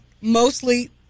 mostly